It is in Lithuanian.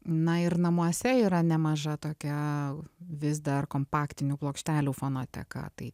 na ir namuose yra nemaža tokia vis dar kompaktinių plokštelių fonoteka tai